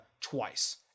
twice